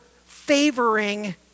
favoring